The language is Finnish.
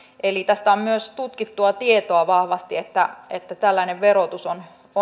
eli tästä on myös tutkittua tietoa vahvasti että että tällainen verotus on hyvin